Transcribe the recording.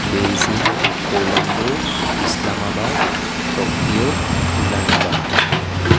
Beijing Colombo Islamabad Tokyo London